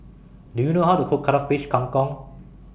Do YOU know How to Cook Cuttlefish Kang Kong